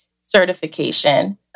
certification